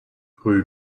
rue